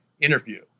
interview